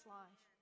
life